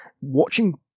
watching